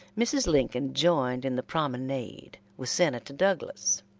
mrs. lincoln joined in the promenade with senator douglas.